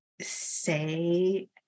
say